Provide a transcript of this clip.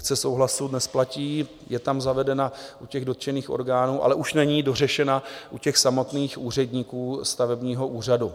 Fikce souhlasu dnes platí, je tam zavedena u těch dotčených orgánů, ale už není dořešena u těch samotných úředníků stavebního úřadu.